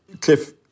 Cliff